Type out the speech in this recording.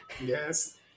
yes